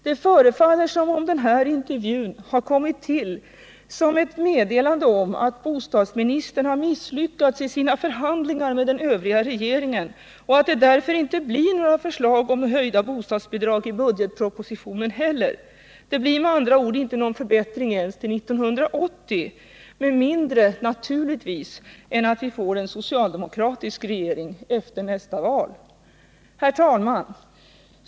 Det förefaller som om intervjun har kommit till 15 december 1978 som ett meddelande om att bostadsministern har misslyckats i sina förhandlingar med den övriga regeringen och att det därför inte blir några förslag om höjda bostadsbidrag i budgetpropositionen heller. Det blir med andra ord inte någon förbättring ens till 1980 — med mindre naturligtvis än att vi får en socialdemokratisk regering efter nästa val. Herr talman!